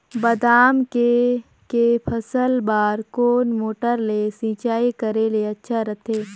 बादाम के के फसल बार कोन मोटर ले सिंचाई करे ले अच्छा रथे?